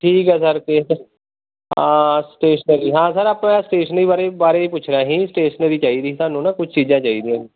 ਠੀਕ ਹੈ ਸਰ ਫਿਰ ਤਾਂ ਹਾਂ ਸਟੇਸ਼ਨਰੀ ਹਾਂ ਸਰ ਆਪਾਂ ਸਟੇਸ਼ਨਰੀ ਬਾਰੇ ਬਾਰੇ ਪੁੱਛਣਾ ਸੀ ਸਟੇਸ਼ਨਰੀ ਚਾਹੀਦੀ ਸਾਨੂੰ ਨਾ ਕੁਝ ਚੀਜ਼ਾਂ ਚਾਹੀਦੀਆਂ ਸੀ